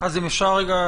אם אפשר רגע,